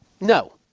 no